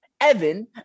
evan